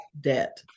debt